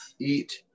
eat